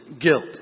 guilt